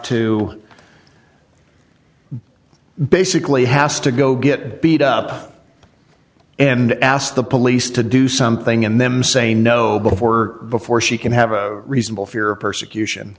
to basically has to go get beat up and asked the police to do something and them saying no before before she can have a reasonable fear of persecution